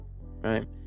right